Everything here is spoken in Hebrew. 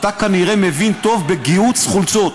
אתה כנראה מבין טוב בגיהוץ חולצות.